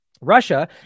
Russia